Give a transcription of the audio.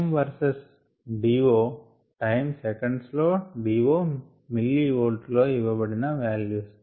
time versus DO time seconds లో DO millivolts లో ఇవ్వబడిన వాల్యూస్